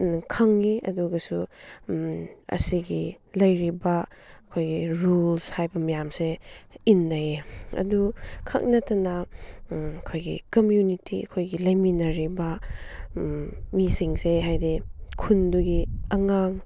ꯈꯪꯉꯤ ꯑꯗꯨꯒꯁꯨ ꯑꯁꯤꯒꯤ ꯂꯩꯔꯤꯕ ꯑꯩꯈꯣꯏꯒꯤ ꯔꯨꯜꯁ ꯍꯥꯏꯕ ꯃꯌꯥꯝꯁꯦ ꯏꯟꯅꯩ ꯑꯗꯨꯈꯛ ꯅꯠꯇꯅ ꯑꯩꯈꯣꯏꯒꯤ ꯀꯝꯃ꯭ꯌꯨꯅꯤꯇꯤ ꯑꯩꯈꯣꯏꯒꯤ ꯂꯩꯃꯤꯟꯅꯔꯤꯕ ꯃꯤꯁꯤꯡꯁꯦ ꯍꯥꯏꯗꯤ ꯈꯤꯟꯗꯨꯒꯤ ꯑꯉꯥꯡ